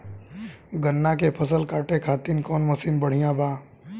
गन्ना के फसल कांटे खाती कवन मसीन बढ़ियां बा?